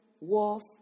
Wolf